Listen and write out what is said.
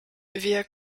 wir